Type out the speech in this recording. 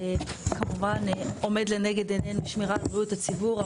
וכמובן עומד לנגד עינינו שמירת בריאות הציבור,